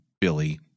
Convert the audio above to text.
Billy